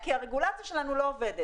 כי הרגולציה שלנו לא עובדת.